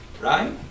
right